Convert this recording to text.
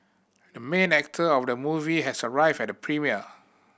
the main actor of the movie has arrived at the premiere